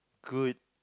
good